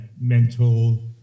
mental